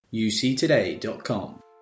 uctoday.com